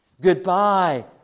goodbye